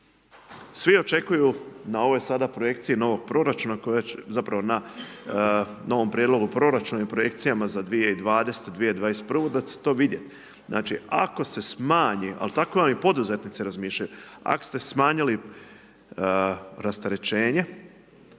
Svi očekuju na ove sada projekcije novog proračuna, zapravo na novom prijedlogu proračuna i projekcijama za 2020., 2021. da će se to vidjeti. Znači ako se smanji ali tako vam i poduzetnici razmišljaju, ako ste smanjili rasterećenje,